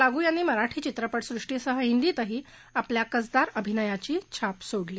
लागू यांनी मराठी चित्रपटसृष्टीसह हिंदीतही आपल्या कसदार अभिनयाची छाप सोडली